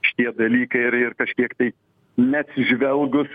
šitie dalykai ir ir kažkiek tai neatsižvelgus